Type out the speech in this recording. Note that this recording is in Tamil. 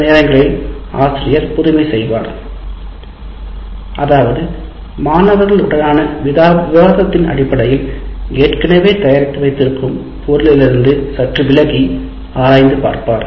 சில நேரங்களில் ஆசிரியர் புதுமை செய்வார் அதாவது மாணவர்களுடனான விவாதத்தின் அடிப்படையில் ஏற்கனவே தயாரித்து வைத்திருக்கும் பொருளிலிருந்து சற்று விலகி ஆராய்ந்து பார்ப்பார்